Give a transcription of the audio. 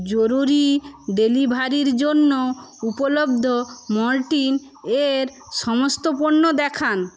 জরুরি ডেলিভারির জন্য উপলব্ধ মর্টিনের সমস্ত পণ্য দেখান